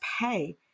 pay